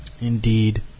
Indeed